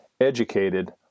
educated